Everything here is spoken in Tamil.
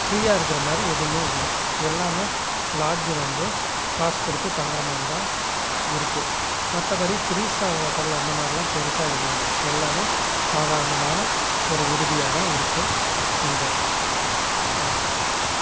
ஃபிரியாக இருக்கிறா மாதிரி எதுவும் இல்லை எல்லாம் லாட்ஜ் வந்து காசு கொடுத்து தாங்குகிற மாதிரிதான் இருக்கு மற்றபடி த்ரீ ஸ்டார் ஹோட்டல் அந்த மாதிரில்லாம் பெருசாக எதுவும் இல்லை எல்லாம் சாதாரணமான ஒரு விடுதியாக தான் இருக்கு இங்கே ஓகே